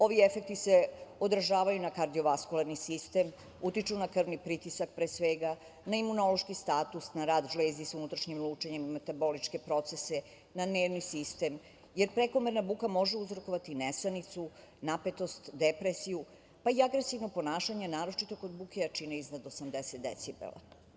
Ovi efektni se odražavaju na kardio-vaskularni sistem, utiču na krvni pritisak pre svega, na imunološki status, na rad žlezdi sa unutrašnjim lučenje, metaboličke procese, na nervni sistem, jer prekomerna buka može uzrokovati nesanicu, napetost, depresiju, pa i agresivno ponašanje naročito kod buke jačine iznad 80 decibela.